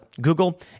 Google